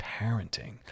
parenting